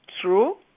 true